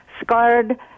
scarred